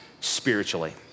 spiritually